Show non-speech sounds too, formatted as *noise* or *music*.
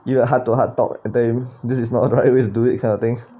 you a heart to heart talk then this is not the right way to do it kind of thing *laughs*